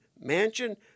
Mansion